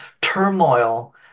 turmoil